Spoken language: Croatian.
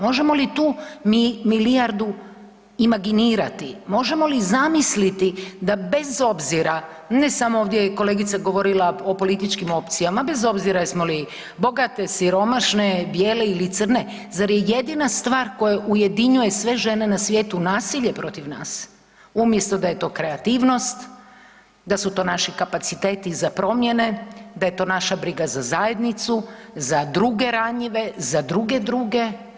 Možemo li tu mi milijardu imaginirati, možemo li zamisliti da bez obzira ne samo ovdje je kolegica govorila o političkim opcijama, bez obzira jesmo li bogate, siromašne, bijele ili crne zar je jedina stvar koja ujedinjuje sve žene na svijetu nasilje protiv nas, umjesto da je to kreativnost, da su to naši kapaciteti za promjene, da je to naša briga za zajednicu, za druge ranjive, za druge druge.